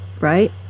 right